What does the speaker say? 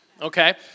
okay